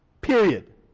period